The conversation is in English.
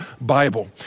Bible